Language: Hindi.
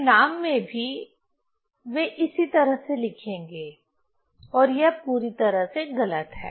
परिणाम में भी वे इसी तरह से लिखेंगे और यह पूरी तरह से गलत है